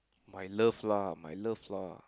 my love lah my love lah